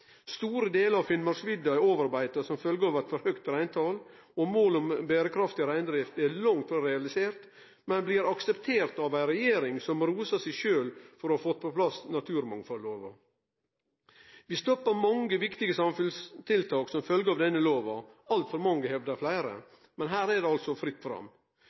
Store delar av Finnmarksvidda er overbeita som følgje av eit for høgt reintal. Målet om berekraftig reindrift er langt frå realisert, men blir akseptert av ei regjering som rosar seg sjølv for å ha fått på plass naturmangfaldlova. Vi stoppar mange viktige samfunnstiltak som følge av denne lova, altfor mange, hevdar fleire. Men her er det altså fritt fram.